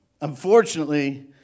Unfortunately